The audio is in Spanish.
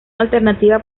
alternativa